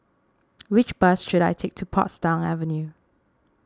which bus should I take to Portsdown Avenue